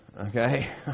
okay